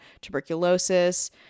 tuberculosis